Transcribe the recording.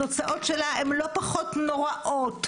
התוצאות שלה הן לא פחות נוראות,